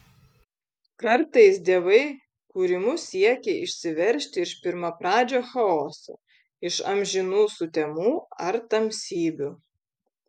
kartais dievai kūrimu siekia išsiveržti iš pirmapradžio chaoso iš amžinų sutemų ar tamsybių